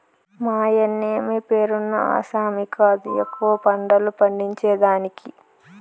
మాయన్నమే పేరున్న ఆసామి కాదు ఎక్కువ పంటలు పండించేదానికి